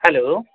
hello